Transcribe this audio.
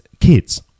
kids